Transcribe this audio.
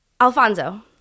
alfonso